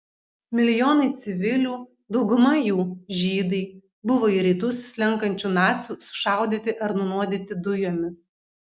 milijonai civilių dauguma jų žydai buvo į rytus slenkančių nacių sušaudyti ar nunuodyti dujomis